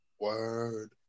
Word